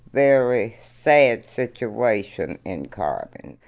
very sad situation in corbin.